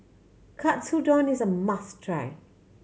katsudon is a must try